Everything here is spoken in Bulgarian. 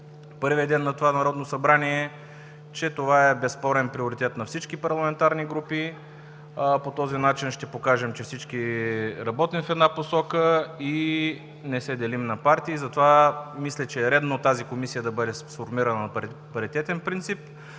първия ден на това Народно събрание, че това е безспорен приоритет на всички парламентарни групи. По този начин ще покажем, че всички работим в една посока и не се делим на партии. Затова мисля, че е редно тази Комисия да бъде сформирана на паритетен принцип.